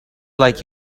like